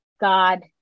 God